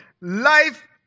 life